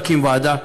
או להקים ועדה,